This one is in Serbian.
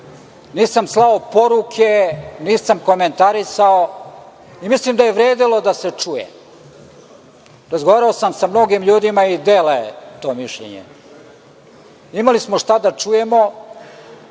Nisam slao poruke, nisam komentarisao i mislim da je vredelo da se to čuje. Razgovarao sam sa mnogim ljudima koji dele to mišljenje. Imali smo šta da čujemo,